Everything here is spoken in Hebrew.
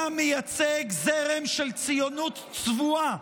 אתה מייצג זרם של ציונות צבועה,